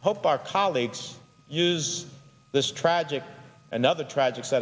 hope our colleagues use this tragic another tragic set